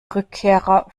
rückkehrer